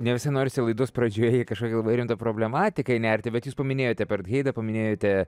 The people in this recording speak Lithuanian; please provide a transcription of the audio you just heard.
ne visai norisi laidos pradžioje į kažkokią labai rimtą problematiką įnerti bet jūs paminėjote apartheidą paminėjote